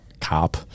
cop